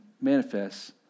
manifests